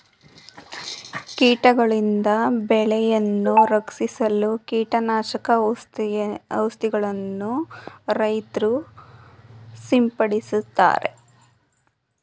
ಕೀಟಗಳಿಂದ ಬೆಳೆಯನ್ನು ರಕ್ಷಿಸಲು ಕೀಟನಾಶಕ ಔಷಧಿಗಳನ್ನು ರೈತ್ರು ಸಿಂಪಡಿಸುತ್ತಾರೆ